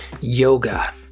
yoga